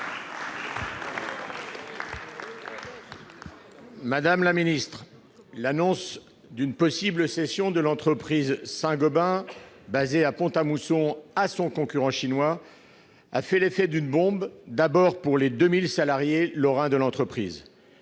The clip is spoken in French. Républicains. L'annonce d'une possible cession de l'entreprise Saint-Gobain basée à Pont-à-Mousson à son concurrent chinois a fait l'effet d'une bombe, d'abord pour les 2 000 salariés lorrains de l'entreprise.